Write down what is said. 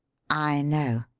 i know,